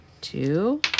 two